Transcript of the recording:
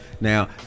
now